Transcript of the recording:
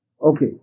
Okay